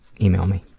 email me.